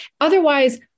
Otherwise